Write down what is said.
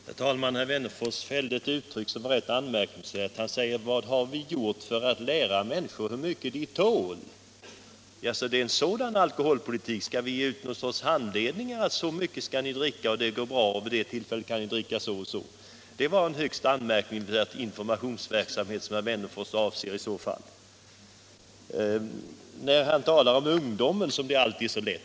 Herr talman! Herr Wennerfors använde ett uttryck som var ganska anmärkningsvärt. Han sade: ”Vad har vi gjort för att lära människor hur mycket de tål?” Är det en sådan alkoholpolitik vi skall ha? Skall vi ge ut någon sorts handledning som säger ”så mycket kan ni dricka — det går bra; vid det eller det tillfället kan ni dricka si eller så mycket”? Det var en högst anmärkningsvärd informationsverksamhet som herr Wennerfors i så fall avser! När herr Wennerfors talar om ungdomen, så verkar allting så enkelt.